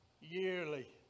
yearly